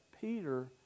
Peter